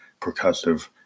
percussive